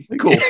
cool